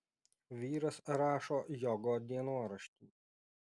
vyras rašo jogo dienoraštį